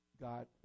God